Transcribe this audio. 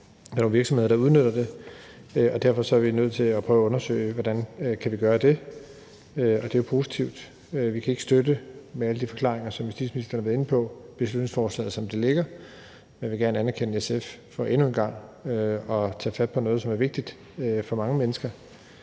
Der er virksomheder, der udnytter det, og derfor er vi nødt til at prøve at undersøge, hvordan vi kan håndtere det. Det er jo positivt. Vi kan ikke med alle de forklaringer, som justitsministeren har været inde på, støtte beslutningsforslaget, som det ligger, men vil gerne anerkende SF for endnu en gang at tage fat på noget, som er vigtigt for mange mennesker,